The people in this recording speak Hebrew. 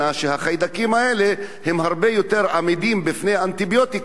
שהחיידקים האלה הרבה יותר עמידים בפני אנטיביוטיקה.